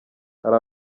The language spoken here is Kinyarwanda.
hari